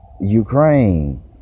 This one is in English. Ukraine